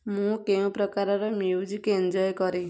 ମୁଁ କେଉଁ ପ୍ରକାରର ମ୍ୟୁଜିକ୍ ଏନ୍ଜୟ କରି